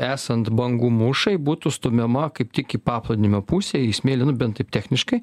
esant bangų mūšai būtų stumiama kaip tik į paplūdimio pusę į smėlį nu bent techniškai